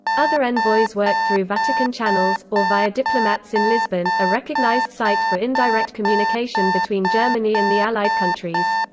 other envoys worked through vatican channels, or via diplomats in lisbon a recognised site for indirect communication between germany and the allied countries.